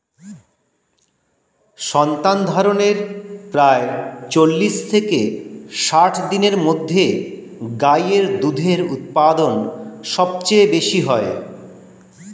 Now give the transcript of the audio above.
সন্তানধারণের প্রায় চল্লিশ থেকে ষাট দিনের মধ্যে গাই এর দুধের উৎপাদন সবচেয়ে বেশী হয়